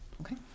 Okay